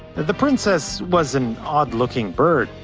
the princess was an odd looking bird,